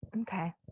Okay